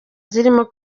zirimo